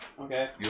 Okay